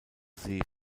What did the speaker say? see